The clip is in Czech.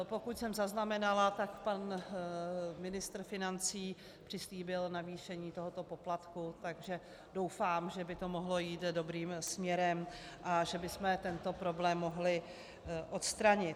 Pokud jsem zaznamenala, tak pan ministr financí přislíbil navýšení tohoto poplatku, takže doufám, že by to mohlo jít dobrým směrem a že bychom tento problém mohli odstranit.